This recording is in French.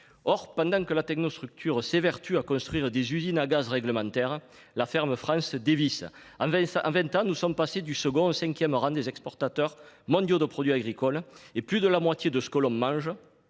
Pendant que la technostructure s’évertue à construire des usines à gaz réglementaires, la ferme France dévisse. En vingt ans, nous sommes passés du second au cinquième rang des exportateurs mondiaux de produits agricoles et plus de la moitié de ce que l’on mange